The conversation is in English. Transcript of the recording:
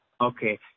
Okay